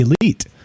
elite